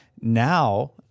Now